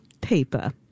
paper